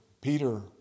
Peter